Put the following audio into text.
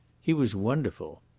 he was wonderful.